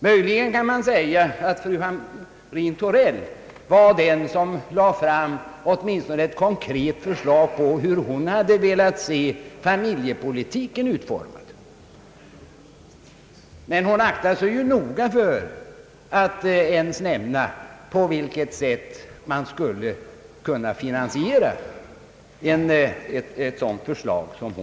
Möjligen kan man säga att fru Hamrin-Thorell lade fram ett konkret förslag om familjepolitikens utformning. Men hon aktade sig noga för att ens nämna på vilket sätt man skulle kunna finansiera ett sådant förslag.